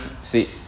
see